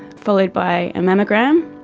followed by a mammogram,